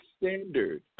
standard